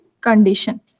condition